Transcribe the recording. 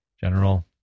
general